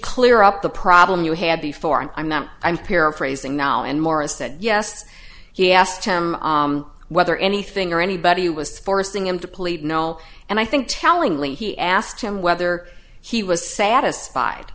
clear up the problem you had before and i'm not i'm paraphrasing now and morris said yes he asked him whether anything or anybody was forcing him to plead no and i think tellingly he asked him whether he was satisfied